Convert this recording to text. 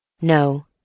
No